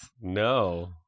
No